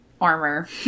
armor